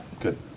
Good